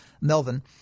Melvin